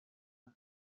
uwo